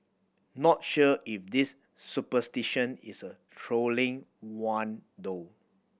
not sure if this superstition is a trolling one though